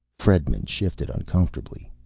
fredman shifted uncomfortably.